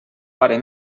pare